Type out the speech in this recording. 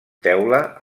teula